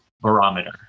barometer